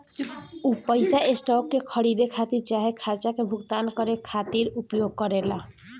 उ पइसा स्टॉक के खरीदे खातिर चाहे खर्चा के भुगतान करे खातिर उपयोग करेला